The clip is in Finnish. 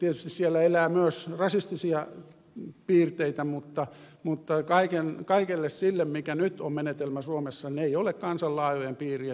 tietysti siellä elää myös rasistisia piirteitä mutta kaikelle sille mikä nyt on menetelmä suomessa ei ole kansan laajojen piirien tukea